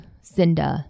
Cinda